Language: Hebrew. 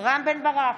רם בן ברק,